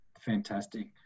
Fantastic